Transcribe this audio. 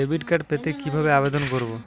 Debit card পেতে কিভাবে আবেদন করব?